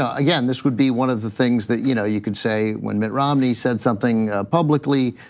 again, this would be one of the things that you know you can say, when mitt romney said something publicly,